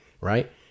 Right